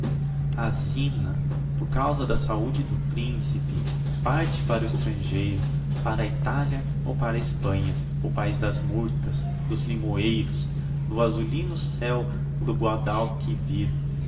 a zina por causa da saude do principe parte para o estrangeiro para italia ou para hespanha o paiz das murtas dos limoeiros do azulino céu do guadalquivir